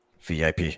VIP